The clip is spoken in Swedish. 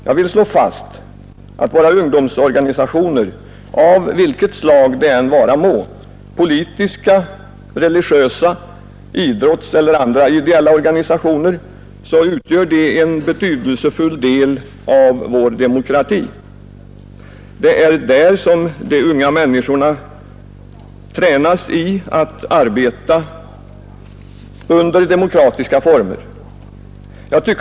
Jag vill slå fast att våra ungdomsorganisationer, av vilket slag de vara må — politiska, religiösa, idrottseller andra ideella organisationer — utgör en betydelsefull del av vår demokrati. Det är där som de unga människorna tränas i att arbeta under demokratiska former.